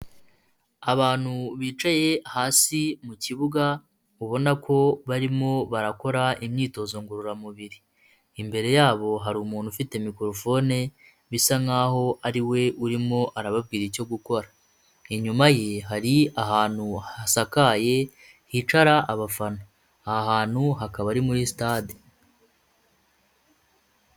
Abantu bicaye hasi mu kibuga ubona ko barimo barakora imyitozo ngororamubiri. Imbere yabo hari umuntu ufite mikoropone bisa nk'aho ari we urimo arababwira icyo gukora. Inyuma ye hari ahantu hasakaye hicara abafana. Aha hantu hakaba ari muri sitade.